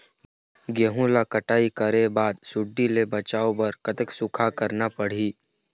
गेहूं ला कटाई करे बाद सुण्डी ले बचाए बर कतक सूखा रखना पड़ही?